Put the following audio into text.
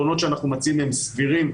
לא מצליח להבין.